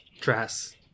dress